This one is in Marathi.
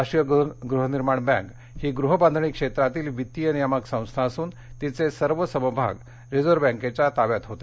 राष्ट्रीय गृहनिर्माण बँक ही गृहबांधणी क्षेत्रातील वित्तीय नियामक संस्था असून तिचे सर्व समभाग रिझर्व्ह बँकेच्या ताब्यात होते